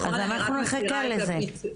אנחנו נחכה לזה.